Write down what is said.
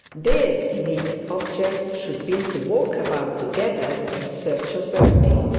their immediate object should be to walk about together in search of bertie.